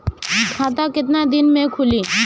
खाता कितना दिन में खुलि?